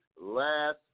last